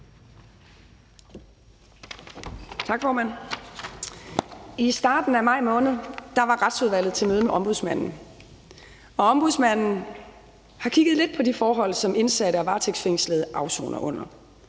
I starten af maj måned var Retsudvalget til møde med ombudsmanden, og ombudsmanden har kigget lidt på de forhold, som indsatte og varetægtsfængslede afsoner under.